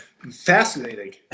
Fascinating